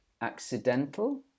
accidental